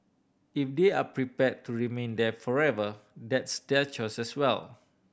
if they are prepare to remain there forever that's their choices well